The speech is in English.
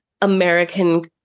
American